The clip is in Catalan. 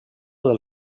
del